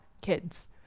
kids